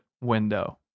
Window